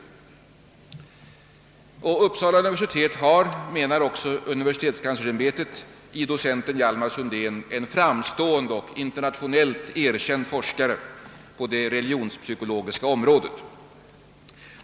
Uppsala universitet har, menar också universitetskanslersämbetet, i docenten Hjalmar Sundén en framstående och internationellt erkänd forskare på det religonspsykologiska området.